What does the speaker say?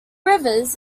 rivers